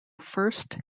first